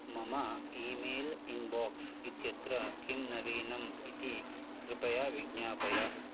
मम email inbox इत्यत्र किं नवीनम् इति कृपया विज्ञापय